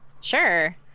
Sure